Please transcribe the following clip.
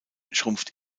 schrumpft